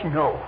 no